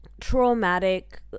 traumatic